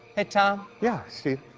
hey tom? yeah, steve.